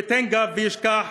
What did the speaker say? הוא יפנה גב וישכח,